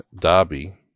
Darby